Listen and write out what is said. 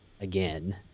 again